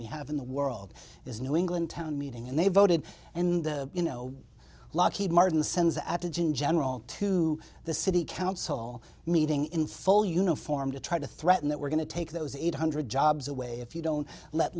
we have in the world is new england town meeting and they voted and you know lockheed martin sends outage in general to the city council meeting in full uniform to try to threaten that we're going to take those eight hundred jobs away if you don't let